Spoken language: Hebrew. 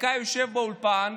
פוליטיקאי יושב באולפן,